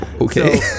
Okay